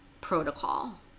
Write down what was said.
protocol